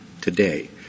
today